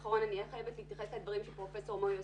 אני אהיה חייבת להתייחס לדברים של פרופסור מור יוסף.